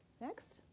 Next